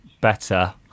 better